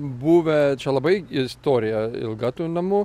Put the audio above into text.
buvę čia labai istorija ilga tų namų